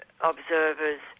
observers